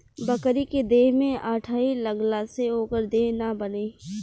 बकरी के देह में अठइ लगला से ओकर देह ना बने